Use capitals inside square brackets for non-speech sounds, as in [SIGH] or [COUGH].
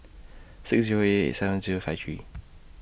six Zero eight eight seven Zero five three [NOISE]